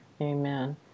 Amen